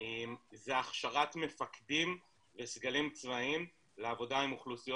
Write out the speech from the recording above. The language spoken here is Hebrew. זה הכשרת מפקדים וסגלים צבאיים לעבודה עם אוכלוסיות